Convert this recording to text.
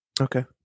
okay